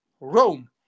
Rome